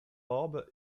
orb